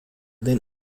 den